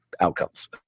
outcomes